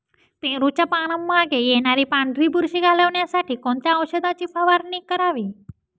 पेरूच्या पानांमागे येणारी पांढरी बुरशी घालवण्यासाठी कोणत्या औषधाची फवारणी करावी?